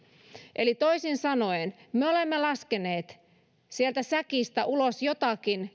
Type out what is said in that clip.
eli toisin sanoen me olemme laskeneet silloin vuonna kaksituhattakolmetoista sieltä säkistä ulos jotakin